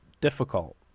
difficult